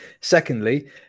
Secondly